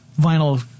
vinyl